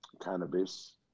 cannabis